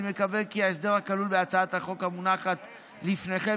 אני מקווה כי ההסדר הכלול בהצעת החוק המונחת לפניכם